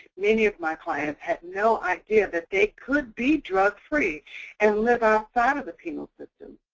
many of my clients had no idea that they could be drug free and live outside of the penal system.